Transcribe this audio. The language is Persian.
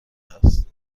است